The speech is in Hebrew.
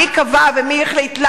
מי קבע ומי החליט?